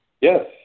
yes